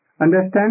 Understand